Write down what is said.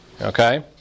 okay